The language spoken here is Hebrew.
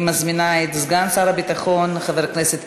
אני מזמינה את סגן שר הביטחון חבר הכנסת